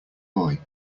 boy